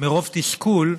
מרוב תסכול,